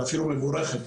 ואפילו מבורכת,